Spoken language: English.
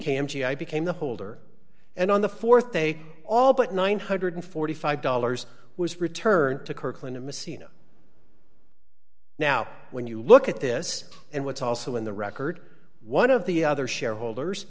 camp became the holder and on the th day all but nine hundred and forty five dollars was returned to kirkland messina now when you look at this and what's also in the record one of the other shareholders